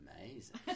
amazing